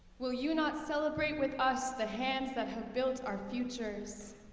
will you not celebrate with us the hands that have built our futures?